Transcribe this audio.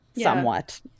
somewhat